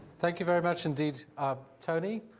thank you very much indeed um tony